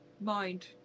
mind